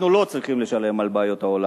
אנחנו לא צריכים לשלם על הבעיות של העולם.